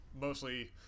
Mostly